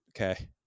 okay